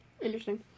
Interesting